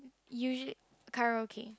usually karaoke